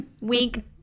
Wink